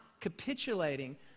capitulating